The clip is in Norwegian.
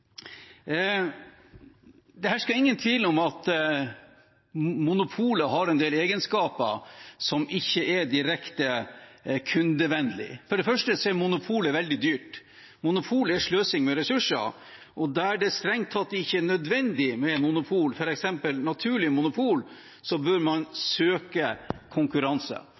Det hersker ingen tvil om at monopolet har en del egenskaper som ikke er direkte kundevennlig. For det første er monopol veldig dyrt. Monopol er sløsing med ressurser, og der det strengt tatt ikke er nødvendig med monopol, f.eks. naturlige monopol, bør man søke konkurranse.